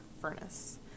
furnace